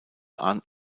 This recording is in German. arndt